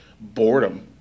boredom